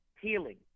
healing